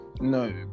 no